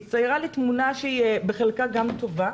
הצטיירה לי תמונה שהיא בחלקה גם טובה,